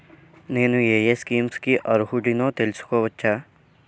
నేను యే యే స్కీమ్స్ కి అర్హుడినో తెలుసుకోవచ్చా?